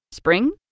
Spring